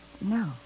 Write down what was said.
No